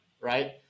right